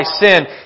sin